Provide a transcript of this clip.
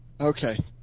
okay